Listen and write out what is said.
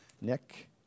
Nick